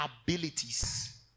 abilities